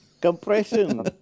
Compression